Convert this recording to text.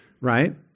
right